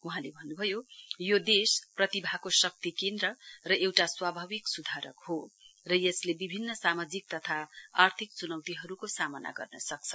वहाँले भन्नुभयो यो देश प्रतिभाको शक्ति केन्द्र र एउटा स्वाभिव सुधारक हो र यसले विभिन्न सामाजिक तथा आर्थिक चुनौतीहरुको सामाना गर्न सक्छ